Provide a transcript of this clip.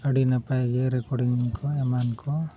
ᱟᱹᱰᱤ ᱱᱟᱯᱟᱭ ᱜᱮ ᱨᱮᱠᱚᱨᱰᱤᱝ ᱠᱚ ᱮᱢᱟᱱ ᱠᱚ